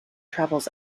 travels